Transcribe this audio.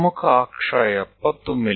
ಪ್ರಮುಖ ಅಕ್ಷ 70 ಮಿ